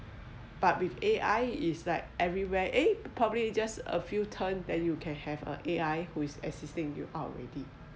but with A_I is like everywhere eh probably just a few turn then you can have a A_I who is assisting you out already